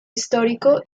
histórico